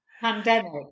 pandemic